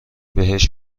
بهش